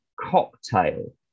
cocktail